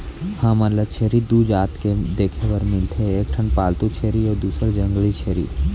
हमन ल छेरी दू जात के देखे बर मिलथे एक ठन पालतू छेरी अउ दूसर जंगली छेरी